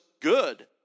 good